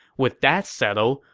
with that settled,